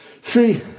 See